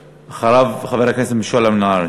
ואחריו, חבר הכנסת משולם נהרי.